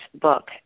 book